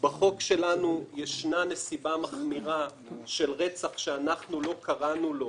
בחוק שלנו ישנה נסיבה מחמירה של רצח שאנחנו לא קראנו לו